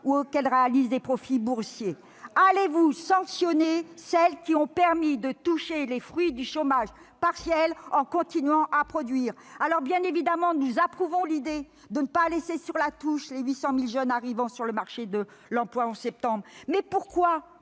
ou qu'elles réalisent des profits boursiers. Allez-vous sanctionner celles qui ont bénéficié du dispositif de chômage partiel, tout en continuant à produire ? Bien évidemment, nous approuvons l'idée de ne pas laisser sur la touche les 800 000 jeunes arrivant sur le marché de l'emploi en septembre prochain. Mais pourquoi